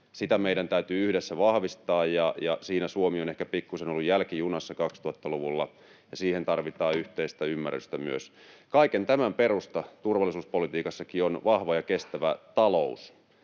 — meidän täytyy yhdessä vahvistaa, ja siinä Suomi on ehkä pikkuisen ollut jälkijunassa 2000‑luvulla, ja siihen tarvitaan yhteistä ymmärrystä myös. Kaiken tämän perusta turvallisuuspolitiikassakin on vahva ja kestävä talous,